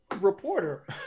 reporter